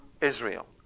Israel